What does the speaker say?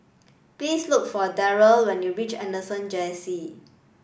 please look for Darrell when you reach Anderson Junior C